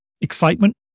excitement